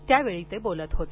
त्यावेळी ते बोलत होते